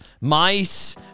mice